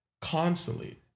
constantly